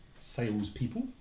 salespeople